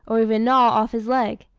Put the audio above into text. or even gnaw off his leg.